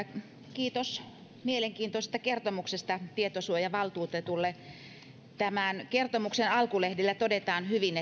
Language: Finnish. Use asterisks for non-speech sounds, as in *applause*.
kiitos mielenkiintoisesta kertomuksesta tietosuojavaltuutetulle tämän kertomuksen alkulehdillä todetaan hyvin *unintelligible*